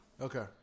Okay